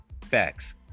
Facts